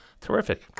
Terrific